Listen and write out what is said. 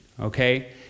Okay